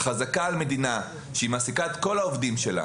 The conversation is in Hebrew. חזקה על מדינה שמעסיקה את כל העובדים שלה